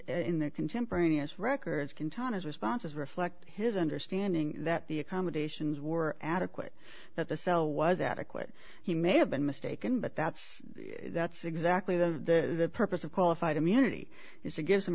in the contemporaneous records can time his responses reflect his understanding that the accommodations were adequate that the cell was adequate he may have been mistaken but that's that's exactly the purpose of qualified immunity is to give